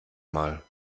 mal